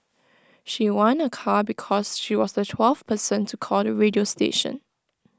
she won A car because she was the twelfth person to call the radio station